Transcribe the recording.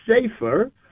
safer